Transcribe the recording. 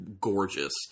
gorgeous